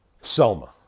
Selma